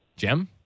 Jim